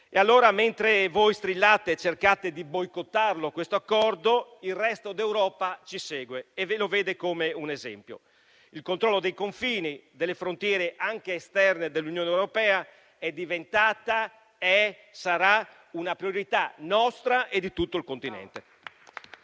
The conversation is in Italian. Allora, mentre voi strillate e cercate di boicottare questo accordo, il resto d'Europa ci segue e lo vede come un esempio. Il controllo dei confini e delle frontiere, anche esterne, dell'Unione europea è diventata, è e sarà una priorità nostra e di tutto il continente.